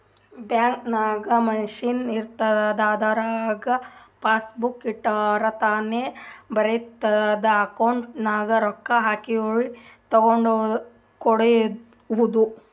bank ನಾಗ್ machine ಇರ್ತುದ್ ಅದುರಾಗ್ ಪಾಸಬುಕ್ ಇಟ್ಟುರ್ ತಾನೇ ಬರಿತುದ್ ಅಕೌಂಟ್ ನಾಗ್ ರೊಕ್ಕಾ ಹಾಕಿವು ತೇಕೊಂಡಿವು